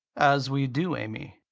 as we do, amy.